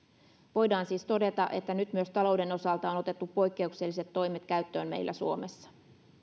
voidaan siis todeta että nyt myös talouden osalta on otettu poikkeukselliset toimet käyttöön meillä suomessa